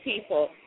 people